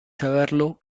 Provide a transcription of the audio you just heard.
saberlo